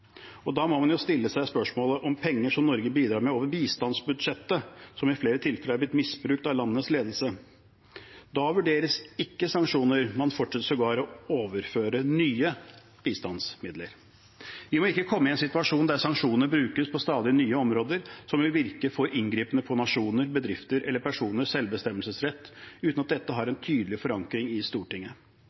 Da må man jo stille spørsmål om penger som Norge bidrar med over bistandsbudsjettet, som i flere tilfeller har blitt misbrukt av landets ledelse. Da vurderes ikke sanksjoner, man fortsetter sågar å overføre nye bistandsmidler. Vi må ikke komme i en situasjon der sanksjoner brukes på stadig nye områder som vil virke inngripende på nasjoner, bedrifter eller personers selvbestemmelsesrett uten at dette har en tydelig forankring i Stortinget.